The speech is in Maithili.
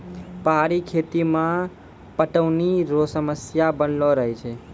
पहाड़ी खेती मे पटौनी रो समस्या बनलो रहै छै